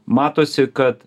matosi kad